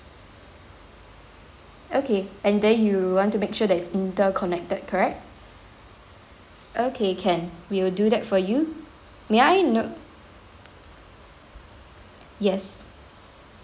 okay and then you want to make sure that is interconnected correct okay can we will do that for you may I know yes